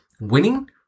winning